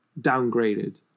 downgraded